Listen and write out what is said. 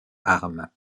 arme